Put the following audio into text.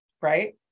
Right